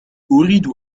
أريد